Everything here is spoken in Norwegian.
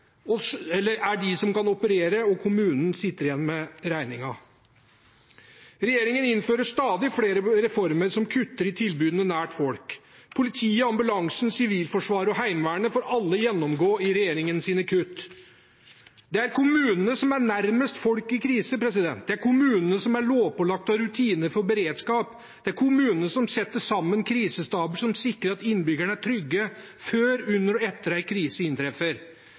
med regningen. Regjeringen innfører stadig flere reformer som kutter i tilbudene nært folk. Politiet, ambulansen, Sivilforsvaret og Heimevernet får alle gjennomgå i regjeringens kutt. Det er kommunene som er nærmest folk i krise. Det er kommunene som er lovpålagt å ha rutiner for beredskap. Det er kommunene som setter sammen krisestaber som sikrer at innbyggerne er trygge før, under og etter en krise inntreffer.